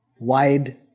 Wide